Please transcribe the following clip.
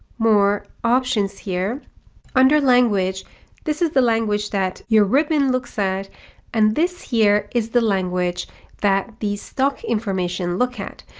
more options here under language this is the language that your ribbon looks at and this here is the language that the stock information look at.